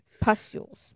pustules